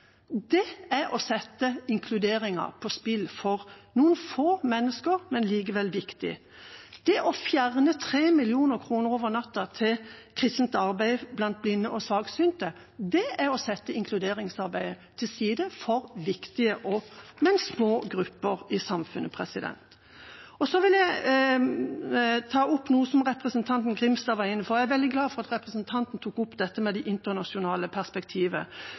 Det er å sette inkluderingen på spill, for noen få mennesker, men likevel viktig. Det å fjerne 3 mill. kr over natta til kristent arbeid blant blinde og svaksynte er å sette inkluderingsarbeidet til side for viktige, men små grupper i samfunnet. Så vil jeg ta opp noe som representanten Grimstad var inne på. Jeg er veldig glad for at representanten tok opp det internasjonale perspektivet,